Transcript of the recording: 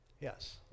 Yes